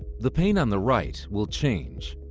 the pane on the right will change.